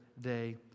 day